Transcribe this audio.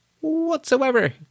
Whatsoever